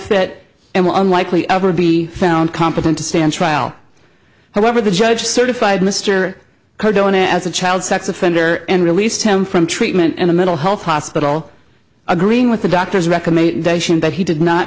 unfit and will unlikely ever be found competent to stand trial however the judge certified mr cohen as a child sex offender and released him from treatment in a mental health hospital agreeing with the doctor's recommendation that he did not